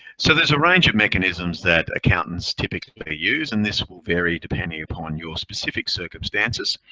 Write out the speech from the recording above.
so there's a range of mechanisms that accountants typically use and this will vary depending upon your specific circumstances.